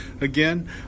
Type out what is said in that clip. again